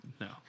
No